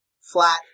flat